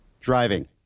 Driving